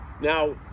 Now